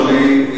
אדוני,